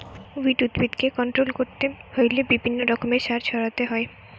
weed উদ্ভিদকে control করতে হইলে বিভিন্ন রকমের সার ছড়াতে হয়